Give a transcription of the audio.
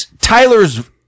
Tyler's